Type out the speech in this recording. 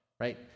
right